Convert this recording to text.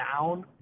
down